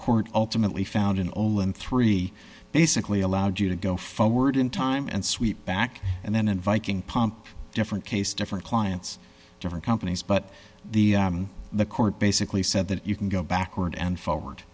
court ultimately found in olymp three basically allowed you to go forward in time and sweep back and then in viking pump different case different clients different companies but the the court basically said that you can go backward and forward